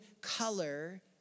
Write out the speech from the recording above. color